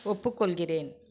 ஒப்புக்கொள்கிறேன்